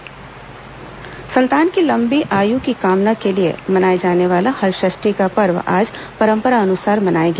हलषष्ठी संतान की लंबी आय की कामना के लिए मनाया जाने वाले हलषष्ठी का पर्व आज परंपरानुसार मनाया गया